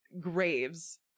graves